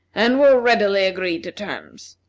and will readily agree to terms.